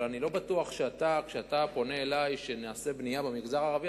אבל אני לא בטוח שכשאתה פונה אלי שנעשה בנייה במגזר הערבי,